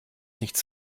nichts